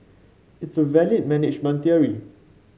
it's a valid management theory